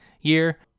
year